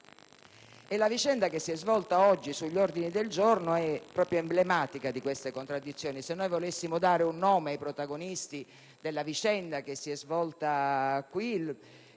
E la vicenda che si è svolta oggi sugli ordini del giorno è proprio emblematica di queste contraddizioni. Se volessimo dare un nome ai protagonisti della vicenda che si è svolta qui